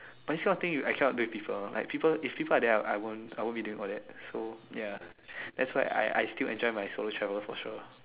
but this kind of thing I cannot do with people like if people are there I won't I won't be doing all that so ya that's why I I still enjoy my solo travel for sure